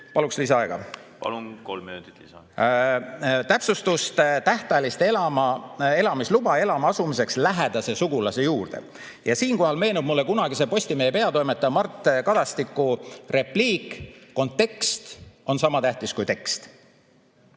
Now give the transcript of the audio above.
Palun lisaaega. Palun! Kolm minutit lisaaega. ... täpsustust, tähtajalist elamisluba elama asumiseks lähedase sugulase juurde. Ja siinkohal meenub mulle kunagise Postimehe peatoimetaja Mart Kadastiku repliik "kontekst on sama tähtis kui tekst".